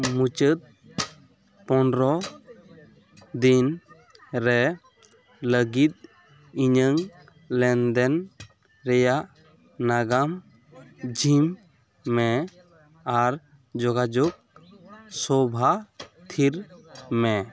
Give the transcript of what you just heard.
ᱢᱩᱪᱟᱹᱫ ᱯᱚᱱᱮᱨᱚ ᱫᱤᱱ ᱨᱮ ᱞᱟᱹᱜᱤᱫ ᱤᱧᱟᱹᱝ ᱞᱮᱱᱫᱮᱱ ᱨᱮᱭᱟᱜ ᱱᱟᱜᱟᱢ ᱡᱷᱤᱢ ᱢᱮ ᱟᱨ ᱡᱳᱜᱟᱡᱳᱜ ᱥᱳᱵᱷᱟ ᱛᱷᱤᱨ ᱢᱮ